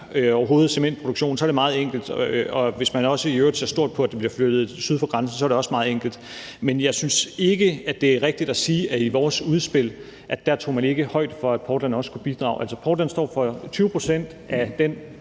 overhovedet, er det meget enkelt, og hvis man i øvrigt også ser stort på, at den bliver flyttet syd for grænsen, er det også meget enkelt. Men jeg synes ikke, det er rigtigt at sige, at i vores udspil tog man ikke højde for, at Aalborg Portland også skulle bidrage. Aalborg Portland står for 20 pct. af den